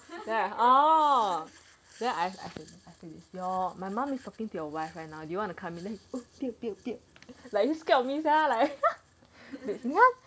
then I'm like orh then I I say this your my mum is talking to your wife right now do you want to come in then he like oh like 不要不要不要 damn scared of me sia like